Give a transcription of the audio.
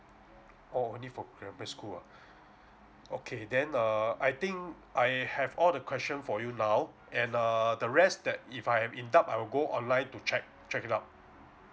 oh only for private school ah okay then err I think I have all the question for you now and err the rest that if I am in doubt I'll go online to check check it out